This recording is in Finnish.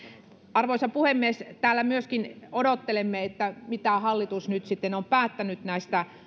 arvoisa puhemies täällä myöskin odottelemme mitä hallitus nyt sitten on päättänyt